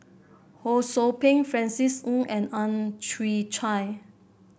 Ho Sou Ping Francis Ng and Ang Chwee Chai